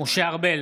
משה ארבל,